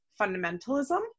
fundamentalism